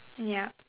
yup